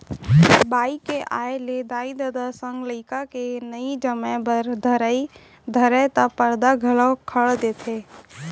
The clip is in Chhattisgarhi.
बाई के आय ले दाई ददा संग लइका के नइ जमे बर धरय त परदा घलौक खंड़ देथे